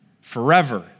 Forever